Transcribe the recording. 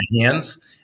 hands